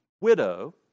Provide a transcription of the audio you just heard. widow